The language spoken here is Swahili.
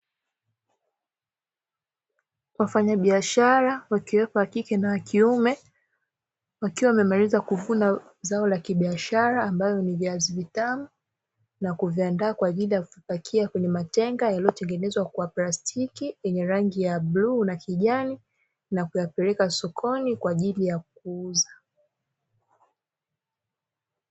Wafanyabiashara wakiwepo wakike na wakiume wakiwa wamemaliza kuvuna zao la kibiashara ambalo ni viazi vitamu, na kuviandaa kwa ajili ya kuvipakia kwenye matenga yaliyotengenezwa kwa plastiki yenye rangi ya bluu na kijani na kuyapeleka sokoni kwa ajili ya kuuza.